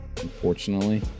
unfortunately